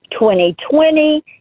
2020